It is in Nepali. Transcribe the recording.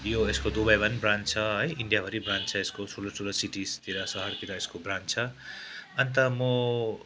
यो यसको दुबईमा पनि ब्रान्च छ है इन्डियाभरि ब्रान्च छ यसको ठुलो ठुलो सिटिजतिर सहरतिर यसको ब्रान्च छ अन्त म